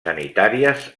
sanitàries